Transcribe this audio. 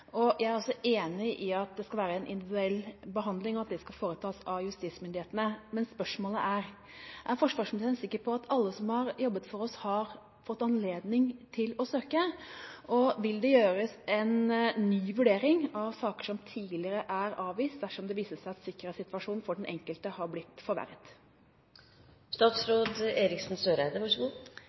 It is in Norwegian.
Jeg er også enig i at det skal være en individuell behandling, og at det skal foretas av justismyndighetene. Men spørsmålene er: Er forsvarsministeren sikker på at alle som har jobbet for oss, har fått anledning til å søke? Og vil det gjøres en ny vurdering av saker som tidligere er avvist, dersom det viser seg at sikkerhetssituasjonen for den enkelte har blitt forverret?